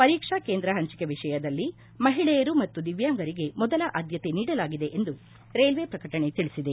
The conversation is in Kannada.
ಪರೀಕ್ಷಾ ಕೇಂದ್ರ ಹಂಚಿಕೆ ವಿಷಯದಲ್ಲಿ ಮಹಿಳೆಯರು ಮತ್ತು ದಿವ್ಯಾಂಗರಿಗೆ ಮೊದಲ ಆದ್ಯತೆ ನೀಡಲಾಗಿದೆ ಎಂದು ರೈಲ್ಲೆ ಪ್ರಕಟಣೆ ತಿಳಿಸಿದೆ